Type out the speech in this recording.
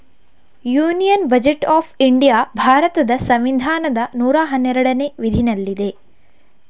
union budget of India ಭಾರತದ ಸಂವಿಧಾನದ ನೂರಾ ಹನ್ನೆರಡನೇ ವಿಧಿನಲ್ಲಿದೆ